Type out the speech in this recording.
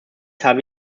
habe